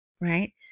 right